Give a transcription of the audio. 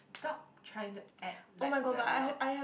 stop trying to act like you're not